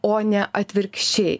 o ne atvirkščiai